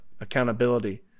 accountability